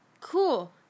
Cool